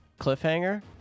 Cliffhanger